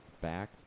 back